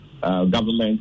government